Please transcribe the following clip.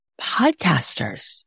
podcasters